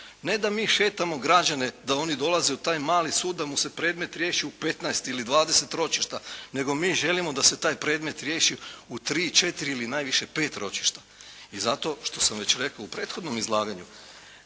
Ne da mi šetamo građane da oni dolaze u taj mali sud da mu se predmet riješi u 15 ili 20 ročišta, nego mi želimo da se taj predmet riješi u 3, 4 ili najviše 5 ročišta. I zato što sam već rekao u prethodnom izlaganju,